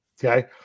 Okay